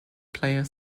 player